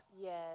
Yes